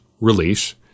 release